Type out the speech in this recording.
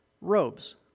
robes